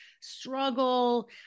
struggle